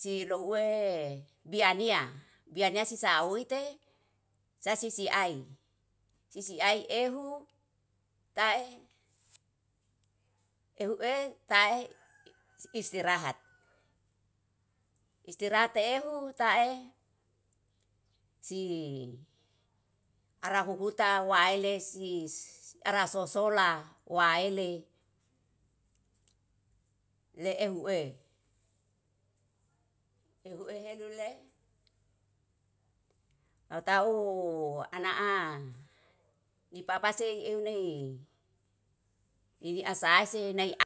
Si louwe biania, biania si sauwite sasi siae sisi ai ehu tae ehu e tae istirahat. Istirahat ehu tae si ara huhutau wae lesi ara sosola wae ele le ehue, eheu ehenule atau anaa ni papasei eu nei ni asasi nai a